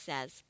says